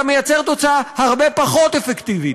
אתה מייצר תוצאה הרבה פחות אפקטיבית,